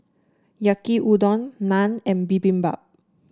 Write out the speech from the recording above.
Yaki Udon Naan and Bibimbap